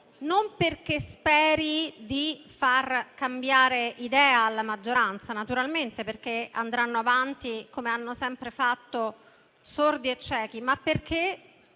non perché speri di far cambiare idea alla maggioranza, perché naturalmente andrà avanti come ha sempre fatto, sorda e cieca, ma perché